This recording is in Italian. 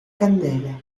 candele